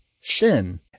sin